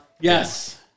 Yes